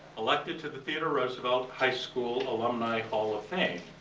elected to the theodore roosevelt high school alumni hall of fame,